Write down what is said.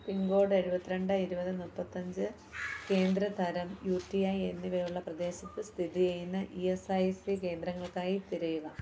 പിൻ code എഴുപത്തി രണ്ട് ഇരുപത് മുപ്പത്തി അഞ്ച് കേന്ദ്ര തരം യു ടി ഐ എന്നിവയുള്ള പ്രദേശത്ത് സ്ഥിതിചെയ്യുന്ന ഇ എസ് ഐ സി കേന്ദ്രങ്ങൾക്കായി തിരയുക